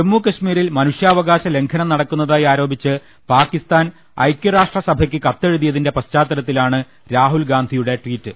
ജമ്മു കശ്മീരിൽ മനുഷ്യാവകാശ ലംഘനം നടക്കു ന്നതായി ആരോപിച്ച് പാക്കിസ്ഥാൻ ഐക്യരാഷ്ട്ര സഭയ്ക്ക് കത്തെഴുതിയതിന്റെ പശ്ചാത്തലത്തിലാണ് രാഹുൽ ഗാന്ധിയുടെ ട്വീറ്റ്